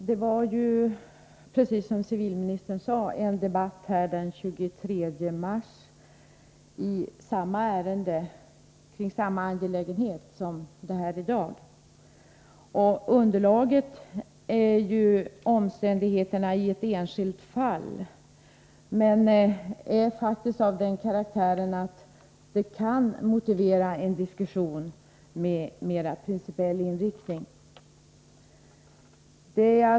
Fru talman! Som civilministern sade fördes här i riksdagen en debatt den 23 mars i samma angelägenhet som den som i dag behandlas. Underlaget för interpellationen är ju omständigheterna i ett enskilt fall, men ärendet är av den karaktären att en diskussion med mera principiell inriktning kan vara motiverad.